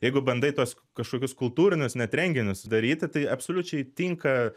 jeigu bandai tuos kažkokius kultūrinius net renginius daryti tai absoliučiai tinka